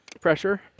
pressure